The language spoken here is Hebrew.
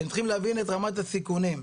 אתם צריכים להבין את רמת הסיכונים.